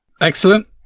Excellent